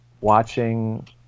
watching